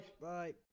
Bye